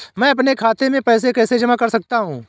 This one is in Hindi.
मैं अपने खाते में पैसे कैसे जमा कर सकता हूँ?